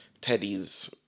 Teddy's